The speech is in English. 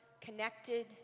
connected